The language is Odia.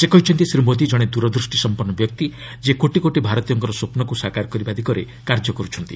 ସେ କହିଛନ୍ତି ଶ୍ରୀ ମୋଦି ଜଣେ ଦୂରଦୃଷ୍ଟୀ ସମ୍ପନ୍ନ ବ୍ୟକ୍ତି ଯିଏ କୋଟି କୋଟି ଭାରତୀୟଙ୍କ ସ୍ୱପ୍ନକ୍ ସାକାର କରିବା ଦିଗରେ କାର୍ଯ୍ୟ କରୁଛନ୍ତି